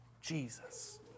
Jesus